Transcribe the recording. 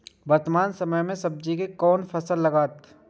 वर्तमान समय में सब्जी के कोन फसल लागत?